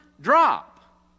drop